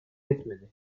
etmedi